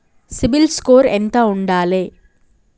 CIBIL score ఎంత ఉండాలే?